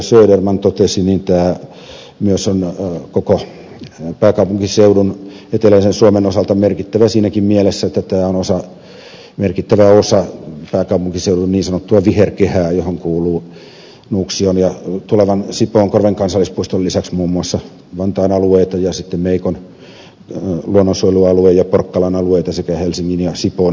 söderman totesi niin tämä myös on koko pääkaupunkiseudun eteläisen suomen osalta merkittävä siinäkin mielessä että tämä on merkittävä osa pääkaupunkiseudun niin sanottua viherkehää johon kuuluu nuuksion ja tulevan sipoonkorven kansallispuiston lisäksi muun muassa vantaan alueita ja meikon luonnonsuojelualue ja porkkalan alueita sekä helsingin ja sipoon edustan saaristoa